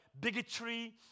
Bigotry